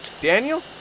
Daniel